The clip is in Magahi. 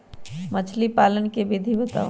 मछली पालन के विधि बताऊँ?